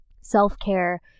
self-care